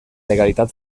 legalitat